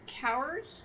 cowards